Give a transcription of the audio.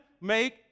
make